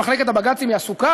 בסוף מחלקת הבג"צים עסוקה,